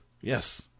Yes